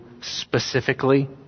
specifically